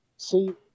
See